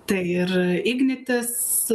tai ir ignitis